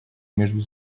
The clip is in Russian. между